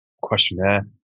questionnaire